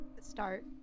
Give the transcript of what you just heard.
Start